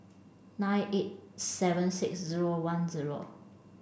nine eight seven six zero one zero